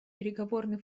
переговорный